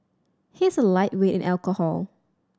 he is a lightweight in alcohol